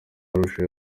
arusha